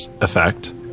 effect